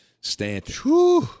Stanton